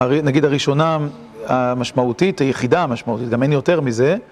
נגיד הראשונה המשמעותית, היחידה המשמעותית, גם אין יותר מזה.